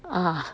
ah